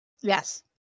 Yes